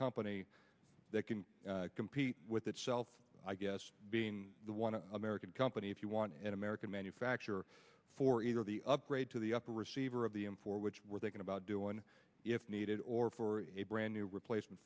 company that can compete with itself i guess being the one american company if you want an american manufacturer for either the upgrade to the upper receiver of the m four which we're thinking about doing if needed or for a brand new replacement